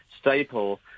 staple